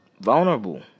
Vulnerable